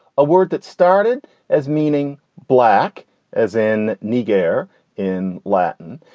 a word that started as meaning black as in nigger in latin.